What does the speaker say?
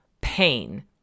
pain